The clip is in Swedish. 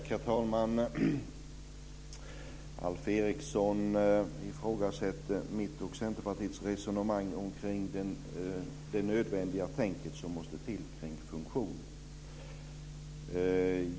Herr talman! Alf Eriksson ifrågasätter mitt och Centerpartiets resonemang om det nödvändiga tänkesätt som måste till kring funktionen.